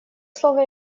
слово